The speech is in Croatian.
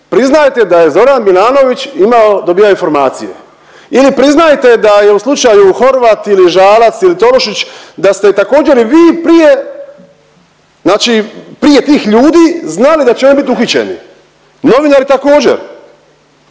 priznajete da je Zoran Milanović imao, dobijao informacije ili priznajete da je u slučaju Horvat ili Žalac ili Tolušić da ste također i vi prije znači prije tih ljudi znali da će oni bit uhićeni, novinari također,